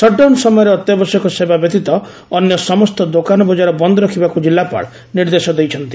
shutdown ସମୟରେ ଅତ୍ୟାବଶ୍ୟକ ସେବା ବ୍ୟତୀତ ଅନ୍ୟ ସମସ୍ତ ଦୋକାନ ବଜାର ବନ୍ଦ ରଖିବାକୁ ଜିଲ୍ଲାପାଳ ନିର୍ଦ୍ଦେଶ ଦେଇଛନ୍ତି